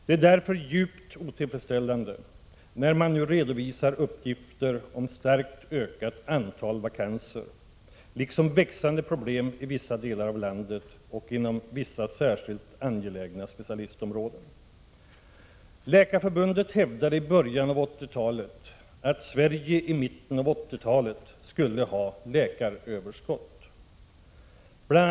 Det är därför djupt otillfredsställande när man nu redovisar uppgifter om starkt ökat antal vakanser liksom om växande problem i vissa delar av landet och inom vissa särskilt angelägna specialistområden. Läkarförbundet hävdade i början av 1980-talet att Sverige i mitten av 1980-talet skulle ha läkaröverskott. Bl.